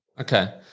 okay